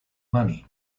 money